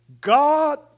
God